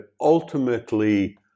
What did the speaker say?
ultimately